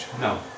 No